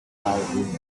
behind